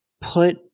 put